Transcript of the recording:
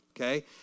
okay